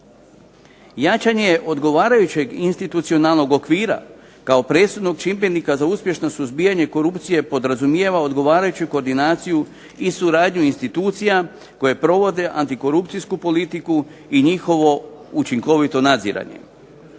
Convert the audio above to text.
Jačanje odgovarajućeg institucionalnog okvira kao presudnog čimbenika za uspješno suzbijanje korupcije podrazumijeva odgovarajuću koordinaciju i suradnju institucija koje provode antikorupcijsku politiku i njihovo učinkovito nadziranje.